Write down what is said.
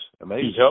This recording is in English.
Amazing